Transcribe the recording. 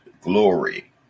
glory